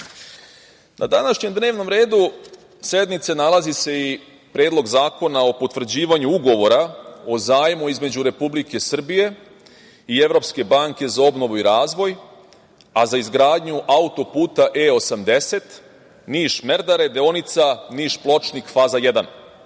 današnjem dnevnom redu sednice nalazi se i Predlog zakona o potvrđivanju ugovora o zajmu između Republike Srbije i Evropske banke za obnovu i razvoj, a za izgradnju auto-puta E-80 Niš-Merdare, deonica Niš-Pločnik, Faza